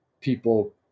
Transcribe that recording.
people